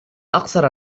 أقصر